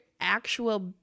actual